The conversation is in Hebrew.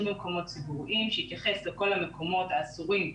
במקומות ציבוריים שמתייחס לכל המקומות האסורים.